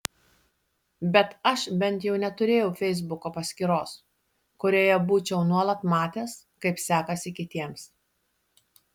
bet aš bent jau neturėjau feisbuko paskyros kurioje būčiau nuolat matęs kaip sekasi kitiems